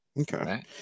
Okay